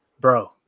Bro